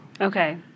Okay